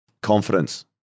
Confidence